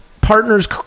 partners